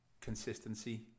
consistency